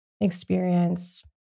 experience